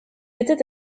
était